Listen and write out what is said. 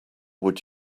would